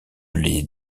les